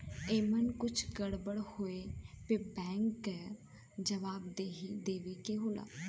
एमन कुछ गड़बड़ होए पे बैंक के जवाबदेही देवे के होला